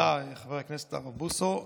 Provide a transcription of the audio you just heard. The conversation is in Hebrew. תודה לחבר הכנסת הרב בוסו.